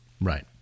Right